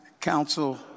Council